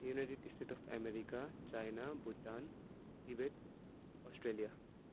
United state of America China Bhutan Tibet Australia